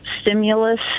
stimulus